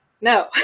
no